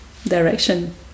direction